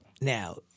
Now